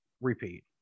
repeat